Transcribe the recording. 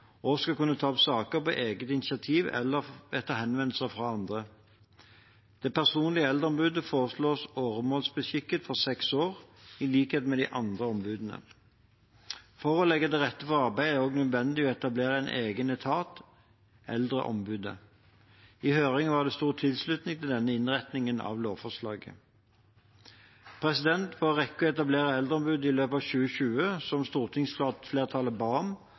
og skal kunne ta opp saker på eget initiativ eller etter henvendelser fra andre. Det personlige eldreombudet foreslås åremålsbeskikket for seks år, i likhet med de andre ombudene. For å legge til rette for arbeidet er det også nødvendig å etablere en egen etat, Eldreombudet. I høringen var det stor tilslutning til denne innretningen av lovforslaget. For å rekke å etablere eldreombud i løpet av 2020, som stortingsflertallet ba om,